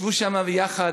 ישבו שם יחד,